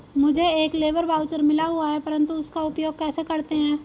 मुझे एक labour voucher मिला हुआ है परंतु उसका उपयोग कैसे करते हैं?